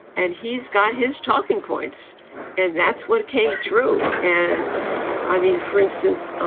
and he's got his talking points and that's what came through. and i mean, for instance,